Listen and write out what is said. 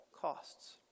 costs